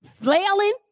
flailing